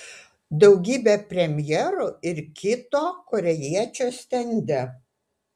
daugybė premjerų ir kito korėjiečio stende